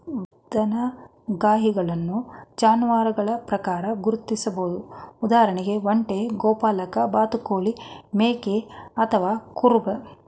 ದನಗಾಹಿಗಳನ್ನು ಜಾನುವಾರುಗಳ ಪ್ರಕಾರ ಗುರ್ತಿಸ್ಬೋದು ಉದಾಹರಣೆಗೆ ಒಂಟೆ ಗೋಪಾಲಕ ಬಾತುಕೋಳಿ ಮೇಕೆ ಅಥವಾ ಕುರುಬ